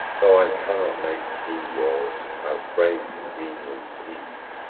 though i cannot make true wars, i'll frame convenient peace.